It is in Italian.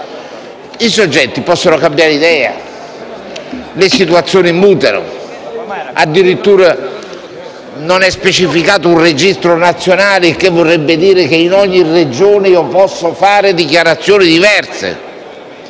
i soggetti possono cambiare idea e le situazioni mutano. Addirittura non è specificato un registro nazionale, il che vorrebbe dire che in ogni Regione si possono fare dichiarazioni diverse.